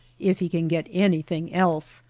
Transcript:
if he can get any thing else,